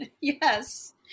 yes